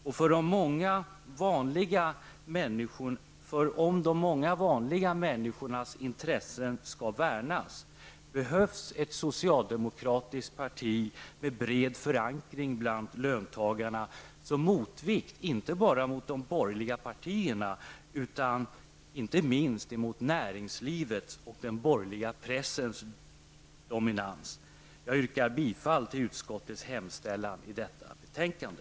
Om de många vanliga människornas intressen skall värnas, behövs ett socialdemokratiskt parti med bred förankring bland löntagarna som motvikt, inte bara mot de borgerliga partierna, utan inte minst mot näringslivet och mot den borgerliga pressens dominans. Jag yrkar bifall till utskottets hemställan i detta betänkande.